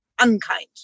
unkind